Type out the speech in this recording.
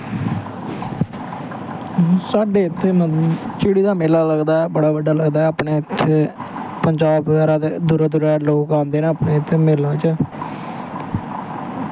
साढ़े इत्थें मतलव झिड़ी दा मेला लगदा ऐ बड़ा बड्डा लगदा ऐ अपने इत्थें पंजाब बगैरा दे दूरा दूरे दे लोग आंदे न अपने इत्थें मेले च